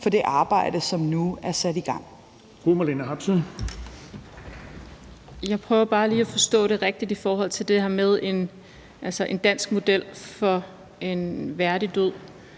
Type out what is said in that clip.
17:24 Marlene Harpsøe (DD): Jeg prøver bare lige at forstå det rigtigt i forhold til det her med en dansk model for en værdig død.